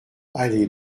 allée